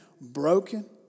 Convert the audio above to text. broken